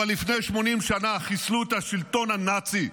אבל לפני 80 שנה חיסלו את השלטון הנאצי,